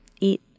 eat